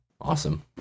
Awesome